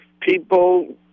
people